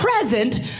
present